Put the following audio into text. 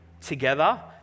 together